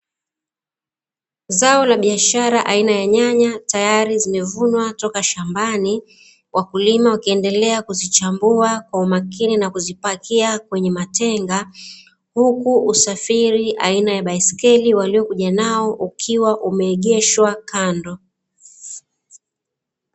Zao la biashara aina ya nyanya tayari zimevunwa toka shambani, wakulima wakiendelea kuzichambua kwa umakini na kuzipakia kwenye matenga, huku usafiri aina ya baiskeli aliokuja nao ukiwa umeegeshwa kando.